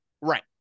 right